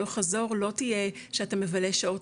הלוך חזור לא תהיה שאתה מבלה שעות,